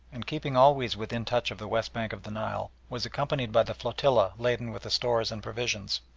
and keeping always within touch of the west bank of the nile, was accompanied by the flotilla laden with the stores and provisions.